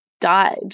died